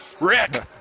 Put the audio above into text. Rick